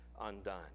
undone